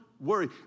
worry